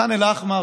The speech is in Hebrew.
ח'אן אל-אחמר,